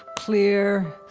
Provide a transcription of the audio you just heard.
clear,